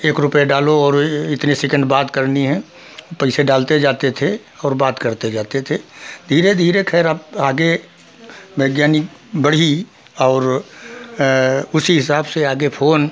एक रूपया डालो और इतने सेकंड बात करनी है पैसे डालते जाते थे और बात करते जाते थे धीरे धीरे खैर अब आगे वैज्ञानिक बढ़ी और उसी हिसाब से आगे फ़ोन